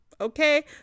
okay